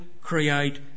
create